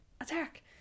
attack